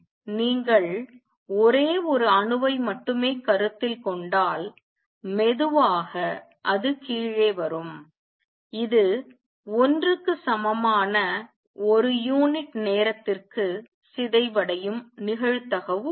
நீங்கள் ஒரே ஒரு அணுவை மட்டுமே கருத்தில் கொண்டால் மெதுவாக அது கீழே வரும் இது 1 க்கு சமமான ஒரு யூனிட் நேரத்திற்கு சிதைவடையும் நிகழ்தகவு உள்ளது